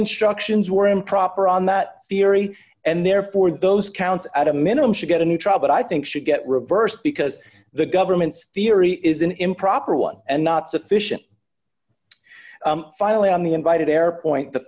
instructions were improper on that theory and therefore those counts at a minimum should get a new trial but i think should get reversed because the government's theory is an improper one and not sufficient finally on the invited error point the